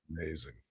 amazing